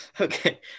Okay